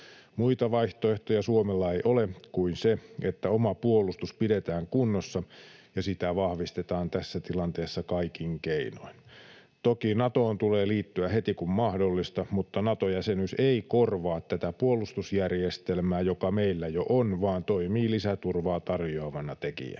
Muita vaihtoehtoja Suomella ei ole kuin se, että oma puolustus pidetään kunnossa ja sitä vahvistetaan tässä tilanteessa kaikin keinoin. Toki Natoon tulee liittyä heti kun mahdollista, mutta Nato-jäsenyys ei korvaa tätä puolustusjärjestelmää, joka meillä jo on, vaan toimii lisäturvaa tarjoavana tekijänä.